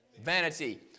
vanity